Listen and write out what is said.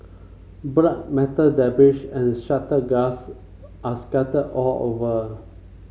blood metal debris and shattered glass are scattered all over